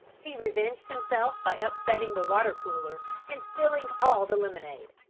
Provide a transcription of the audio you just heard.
he revenged himself by upsetting the water cooler and spilling all the lemonade.